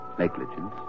negligence